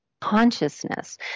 consciousness